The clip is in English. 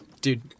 dude